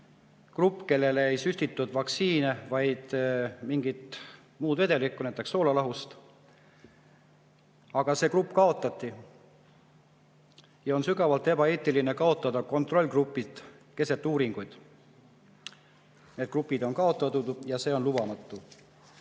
grupp, kellele ei süstitud vaktsiine, vaid mingit muud vedelikku, näiteks soolalahust. Aga see grupp kaotati. On sügavalt ebaeetiline kaotada kontrollgrupid uuringute ajal. Need grupid on kaotatud ja see on lubamatu. Head